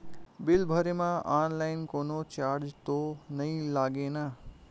Bill भरे मा online कोनो चार्ज तो नई लागे ना?